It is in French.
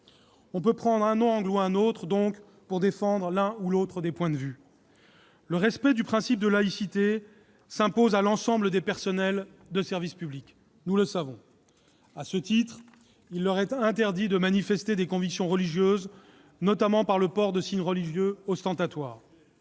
Selon l'angle choisi, on peut défendre l'un ou l'autre des points de vue. Le respect du principe de laïcité s'impose à l'ensemble des personnels du service public. À ce titre, il leur est interdit de manifester des convictions religieuses, notamment par le port de signes religieux ostentatoires.